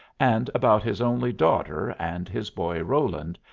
and about his only daughter and his boy roland,